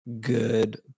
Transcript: good